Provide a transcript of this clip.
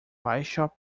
bishop